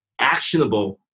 actionable